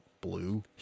blue